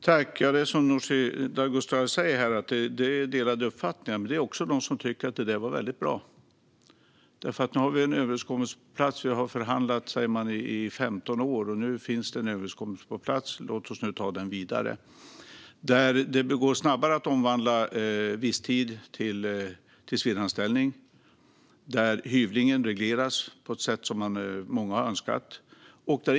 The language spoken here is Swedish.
Fru talman! Precis som Nooshi Dadgostar säger är uppfattningarna delade. Det finns också de som tycker att det där var väldigt bra, för nu har vi en överenskommelse på plats. Vi har förhandlat i 15 år, och nu finns det en överenskommelse på plats. Låt oss nu ta den vidare! Det går snabbare att omvandla visstid till tillsvidareanställning. Hyvlingen regleras på ett sätt som många har önskat.